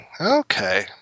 Okay